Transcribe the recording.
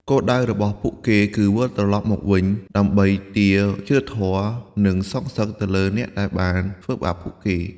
គោលដៅរបស់ពួកគេគឺវិលត្រឡប់មកវិញដើម្បី ទារយុត្តិធម៌ និងសងសឹក ទៅលើអ្នកដែលបានធ្វើបាបពួកគេ។